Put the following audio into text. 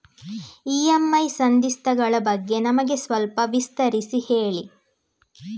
EMI ಸಂಧಿಸ್ತ ಗಳ ಬಗ್ಗೆ ನಮಗೆ ಸ್ವಲ್ಪ ವಿಸ್ತರಿಸಿ ಹೇಳಿ